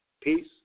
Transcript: Peace